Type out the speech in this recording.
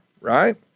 right